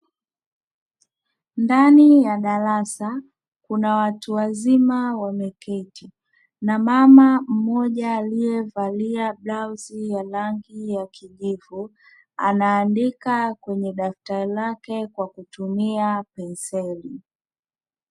Ndani ya darasa, kuna watu wazima wameketi na mama mmoja aliyevalia blauzi ya rangi ya kijivu, anaandika kwenye daftari lake kwa kutumia penseli.